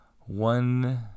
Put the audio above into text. one